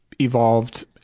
evolved